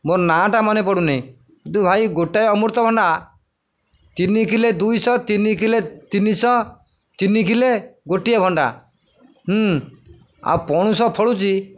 ମୋ ନାଁଟା ମନେ ପଡ଼ୁନି କିନ୍ତୁ ଭାଇ ଗୋଟାଏ ଅମୃତଭଣ୍ଡା ତିନି କିଲୋ ଦୁଇଶହ ତିନି କିଲୋ ତିନିଶହ ତିନି କିଲୋ ଗୋଟିଏ ଭଣ୍ଡା ଆଉ ପଣସ ଫଳୁଛି